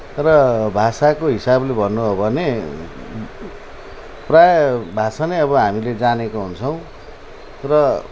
र भाषाको हिसाबले भन्नु हो भने प्रायः भाषा नै अब हामीले जानेको हुन्छौँ र